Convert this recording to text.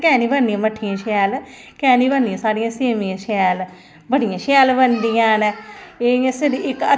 और उनेंगी जिसलै फल देने दे काबल होंदा ते उनेंगी लुड़ी पेई जंदी ऐ हर साल बरसांती बड़ी उनेंगी